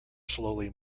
slowly